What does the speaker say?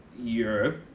Europe